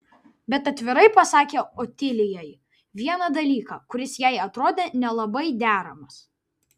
bet atvirai pasakė otilijai vieną dalyką kuris jai atrodė nelabai deramas